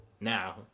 Now